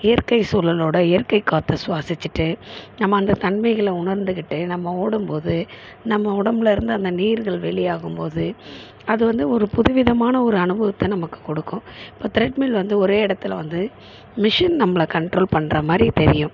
இயற்கை சூழலோட இயற்கை காற்றை சுவாசிச்சிட்டு நம்ம அந்த தன்மைகளை உணர்ந்துக்கிட்டு நம்ம ஓடும் போது நம்ம உடம்பில் இருந்து அந்த நீர்கள் வெளியாகும் போது அது வந்து ஒரு புது விதமான ஒரு அனுபவத்தை நமக்கு கொடுக்கும் இப்போ த்ரெட்மில் வந்து ஒரே இடத்துல வந்து மிஷின் நம்மளை கன்ட்ரோல் பண்ணுறமாரி தெரியும்